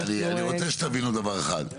אנחנו --- אני רוצה שתבינו דבר אחד,